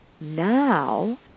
now